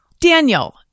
Daniel